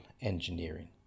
engineering